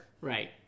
Right